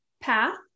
path